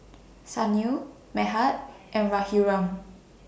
Sunil Medha and Raghuram